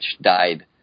died